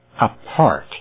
apart